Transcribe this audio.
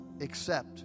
accept